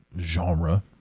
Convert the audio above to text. genre